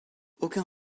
aucun